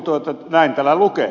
näin täällä lukee